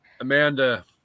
Amanda